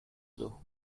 plu